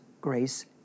grace